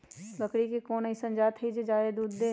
बकरी के कोन अइसन जात हई जे जादे दूध दे?